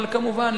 אבל כמובן,